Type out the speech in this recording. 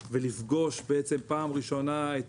ולפגוש פעם ראשונה את